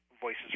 Voices